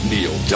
Neil